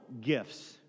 gifts